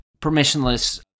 permissionless